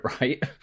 right